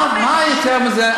מה יותר מזה?